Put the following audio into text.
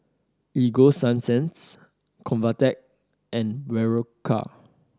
Ego Sunsense Convatec and Berocca